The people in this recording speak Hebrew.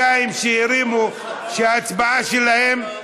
אבל אנשים כבר יצאו, שההצבעה שלהם,